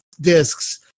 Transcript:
discs